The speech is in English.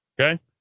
Okay